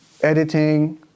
editing